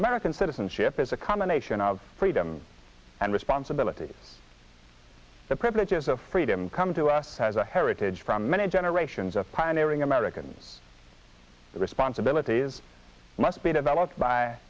american citizenship is a combination of freedom and responsibility the privileges of freedom come to us as a heritage from many generations of pioneering americans the responsibilities must be developed by